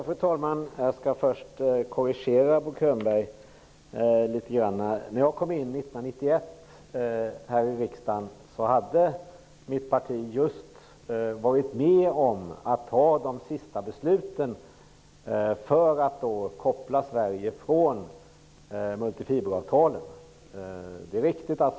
Fru talman! Jag skall först korrigera Bo Könberg. När jag kom in i riksdagen 1991 hade mitt parti just varit med om att fatta de sista besluten för att koppla Sverige från multifiberavtalet.